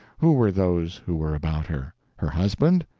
who were those who were about her? her husband?